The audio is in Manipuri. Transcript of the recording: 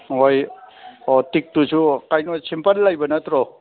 ꯑꯣꯏ ꯑꯣ ꯇꯤꯛꯇꯨꯁꯨ ꯀꯩꯅꯣ ꯁꯤꯝꯄꯜ ꯂꯩꯕ ꯅꯠꯇ꯭ꯔꯣ